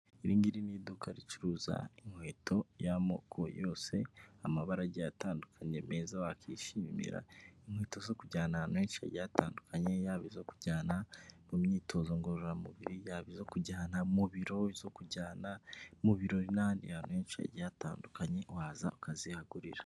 Iri ngiri ni iduka ricuruza inkweto y'amoko yose amabara agiye atandukanye meza wakishimira inkweto zo kujyana ahantu henshi hagiye hatandukanye, yaba izo kujyana mu myitozo ngororamubiri, yabo izo kujyana mu biro, izo kujyana mu birori na handi hantu henshi hagiye hatandukanye waza ukazihagurira.